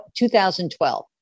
2012